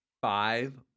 five